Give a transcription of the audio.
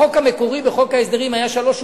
החוק המקורי בחוק ההסדרים היה שלוש שורות.